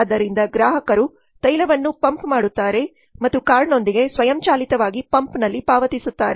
ಆದ್ದರಿಂದ ಗ್ರಾಹಕರು ತೈಲವನ್ನು ಪಂಪ್ ಮಾಡುತ್ತಾರೆ ಮತ್ತು ಕಾರ್ಡ್ನೊಂದಿಗೆ ಸ್ವಯಂಚಾಲಿತವಾಗಿ ಪಂಪ್ನಲ್ಲಿ ಪಾವತಿಸುತ್ತಾರೆ